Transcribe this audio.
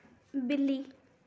बिल्ली